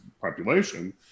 population